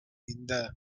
இந்த